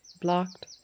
blocked